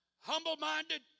humble-minded